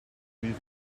grieve